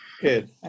Good